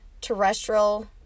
terrestrial